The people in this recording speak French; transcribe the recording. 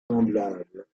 semblables